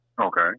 Okay